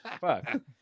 Fuck